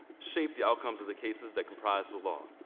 shape the outcomes of the cases that comprise the law.